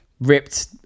ripped